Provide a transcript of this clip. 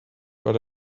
but